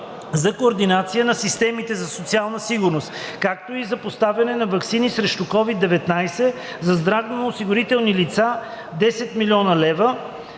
за координация на системите за социална сигурност, както и за поставяне на ваксини срещу COVID-19 за здравноосигурени лица – 10 000 хил. лв.;